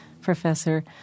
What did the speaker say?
professor